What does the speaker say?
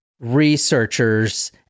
researchers